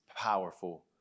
powerful